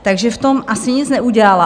Takže v tom asi nic neudělala.